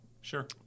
Sure